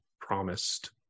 promised